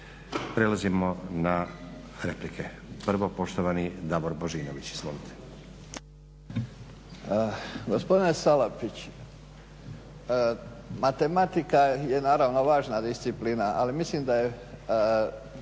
Prelazimo na replike. Prvo poštovani Davor Božinović. Izvolite. **Božinović, Davor (HDZ)** Gospodine Salapić matematika je naravno važna disciplina, ali mislim da je